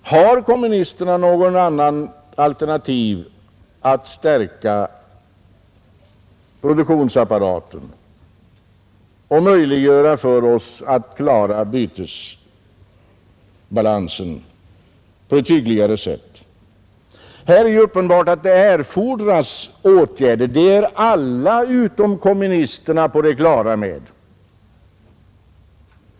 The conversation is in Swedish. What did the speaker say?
Har kommunisterna något annat alternativ för att stärka produktionsapparaten och möjliggöra för oss att klara bytesbalansen på ett hyggligare sätt? Det är uppenbart att det här erfordras åtgärder. Det är alla utom kommunisterna på det klara med.